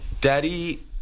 daddy